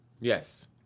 Yes